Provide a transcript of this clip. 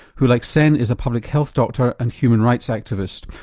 who like sen, is a public health doctor and human rights activists.